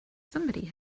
somebody